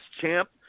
champ